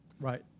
Right